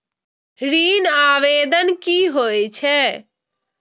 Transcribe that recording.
ऋण आवेदन की होय छै?